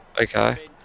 Okay